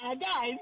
Guys